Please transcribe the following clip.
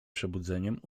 przebudzeniem